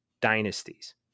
dynasties